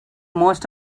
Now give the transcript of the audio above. most